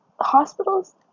hospitals